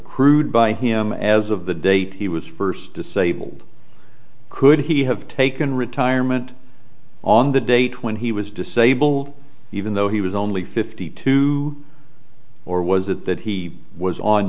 crued by him as of the date he was first disabled could he have taken retirement on the date when he was disabled even though he was only fifty two or was it that he was on